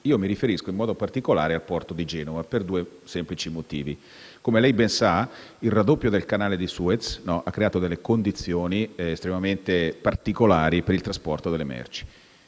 Mi riferisco, in particolare, al porto di Genova, per due semplici motivi. Come lei ben sa, il raddoppio del Canale di Suez ha creato delle condizioni estremamente particolari per il trasporto delle merci.